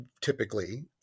typically